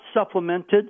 supplemented